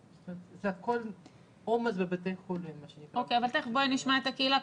בבקשה, אנחנו נשמח.